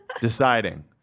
deciding